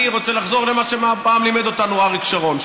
אני רוצה לחזור למה שפעם לימד אותנו אריק שרון,